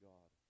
God